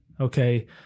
okay